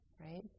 right